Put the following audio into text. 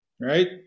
right